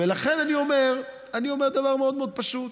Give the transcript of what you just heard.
ולכן אני אומר דבר מאוד מאוד פשוט: